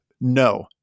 No